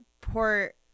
port